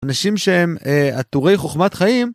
אנשים שהם עטורי חוכמת חיים.